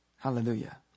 Hallelujah